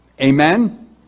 Amen